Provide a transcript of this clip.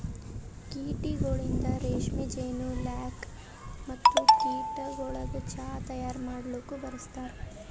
ಕೀಟಗೊಳಿಂದ್ ರೇಷ್ಮೆ, ಜೇನು, ಲ್ಯಾಕ್ ಮತ್ತ ಕೀಟಗೊಳದು ಚಾಹ್ ತೈಯಾರ್ ಮಾಡಲೂಕ್ ಬಳಸ್ತಾರ್